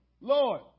Lord